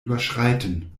überschreiten